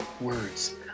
words